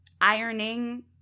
ironing